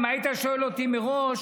אם היית שואל אותי מראש,